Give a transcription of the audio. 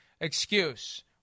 excuse